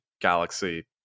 Galaxy